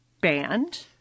band